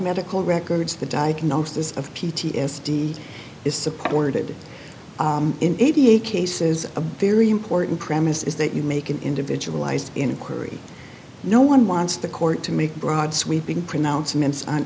medical records the diagnosis of p t s d is supported in eighty eight cases a very important premise is that you make an individual lies inquiry no one wants the court to make broad sweeping pronouncements on